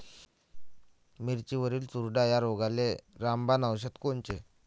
मिरचीवरील चुरडा या रोगाले रामबाण औषध कोनचे?